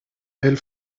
elle